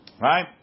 Right